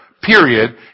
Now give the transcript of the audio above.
period